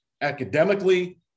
academically